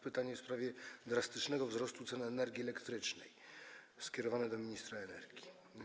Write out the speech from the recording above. Pytanie w sprawie drastycznego wzrostu cen energii elektrycznej skierowane do ministra energii.